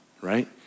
right